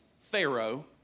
Pharaoh